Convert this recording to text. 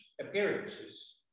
appearances